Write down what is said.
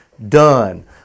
done